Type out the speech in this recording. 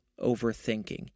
overthinking